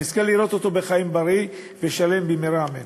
שנזכה לראות אותו בחיים בריא ושלם במהרה, אמן.